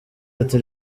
ati